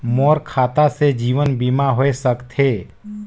मोर खाता से जीवन बीमा होए सकथे?